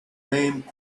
name